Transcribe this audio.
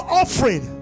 offering